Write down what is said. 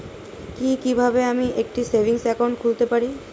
কি কিভাবে আমি একটি সেভিংস একাউন্ট খুলতে পারি?